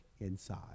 inside